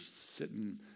sitting